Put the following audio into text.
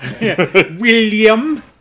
William